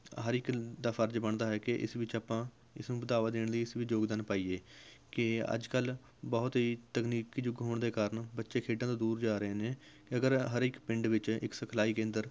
ਹਰ ਇੱਕ ਦਾ ਫਰਜ਼ ਬਣਦਾ ਹੈ ਕਿ ਇਸ ਵਿੱਚ ਆਪਾਂ ਇਸਨੂੰ ਵਧਾਵਾ ਦੇਣ ਲਈ ਇਸ ਵਿੱਚ ਯੋਗਦਾਨ ਪਾਈਏ ਕਿ ਅੱਜ ਕੱਲ੍ਹ ਬਹੁਤ ਹੀ ਤਕਨੀਕੀ ਯੁੱਗ ਹੋਣ ਦੇ ਕਾਰਨ ਬੱਚੇ ਖੇਡਾਂ ਤੋਂ ਦੂਰ ਜਾ ਰਹੇ ਨੇ ਕਿ ਅਗਰ ਹਰ ਇੱਕ ਪਿੰਡ ਵਿੱਚ ਇੱਕ ਸਿਖਲਾਈ ਕੇਂਦਰ